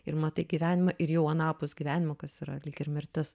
ir matai gyvenimą ir jau anapus gyvenimo kas yra lyg ir mirtis